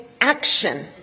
action